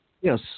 Yes